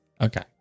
Okay